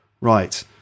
Right